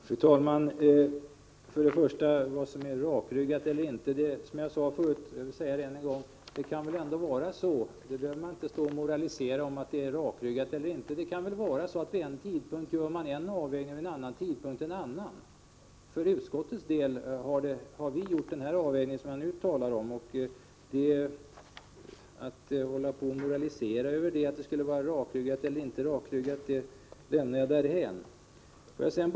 Fru talman! Det kan vara så att man vid en tidpunkt gör en avvägning och vid en annan tidpunkt en annan avvägning. Vi behöver inte stå här och moralisera över om detta är rakryggat eller inte. Utskottet har gjort den avvägning som jag nu har talat om. Huruvida detta är rakryggat eller inte lämnar jag därhän.